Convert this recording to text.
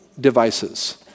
devices